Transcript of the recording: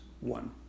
one